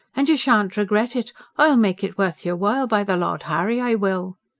and you shan't regret it i'll make it worth your while, by the lord harry i will!